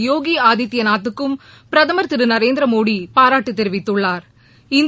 யோகி ஆதித்யநாத்துக்கும் பிரதமா் திரு நரேந்திரமோடி பாராட்டு தெரிவித்துள்ளாா்